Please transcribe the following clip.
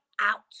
out